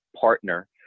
partner